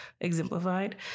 exemplified